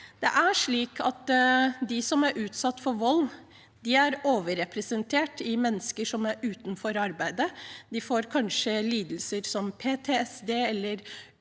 Det er viktig. De som er utsatt for vold, er overrepresentert blant mennesker utenfor arbeid. De får kanskje lidelser som PTSD eller